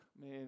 man